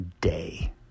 day